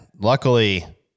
Luckily